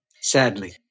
sadly